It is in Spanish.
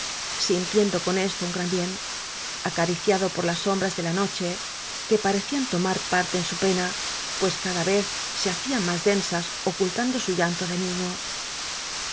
lloró sintiendo con esto un gran bien acariciado por las sombras de la noche que parecían tomar parte en su pena pues cada vez se hacían más densas ocultando su llanto de niño